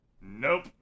Nope